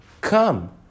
Come